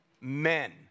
men